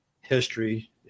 history